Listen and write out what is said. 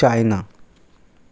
China